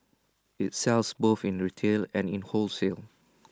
IT sells both in retail and in wholesale